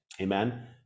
amen